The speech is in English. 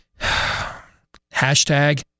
Hashtag